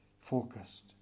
focused